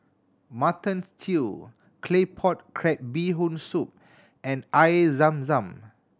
Mutton Stew Claypot Crab Bee Hoon Soup and Air Zam Zam